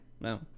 no